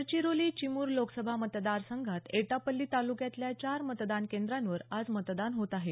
गडचिरोली चिमूर लोकसभा मतदारसंघात एटापल्ली तालुक्यातल्या चार मतदान केंद्रांवर आज मतदान होत आहे